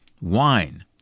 wine